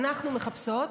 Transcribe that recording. אנחנו מחפשות,